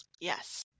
Yes